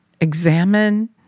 examine